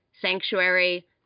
Sanctuary